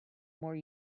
more